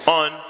on